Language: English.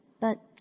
but